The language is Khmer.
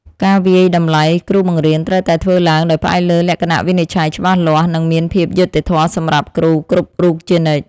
ការវាយតម្លៃគ្រូបង្រៀនត្រូវតែធ្វើឡើងដោយផ្អែកលើលក្ខណៈវិនិច្ឆ័យច្បាស់លាស់និងមានភាពយុត្តិធម៌សម្រាប់គ្រូគ្រប់រូបជានិច្ច។